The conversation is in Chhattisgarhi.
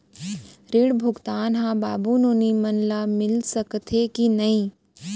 ऋण भुगतान ह बाबू नोनी मन ला मिलिस सकथे की नहीं?